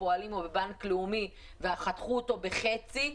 הפועלים או בבנק לאומי וחתכו אותה בחצי,